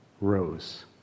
rose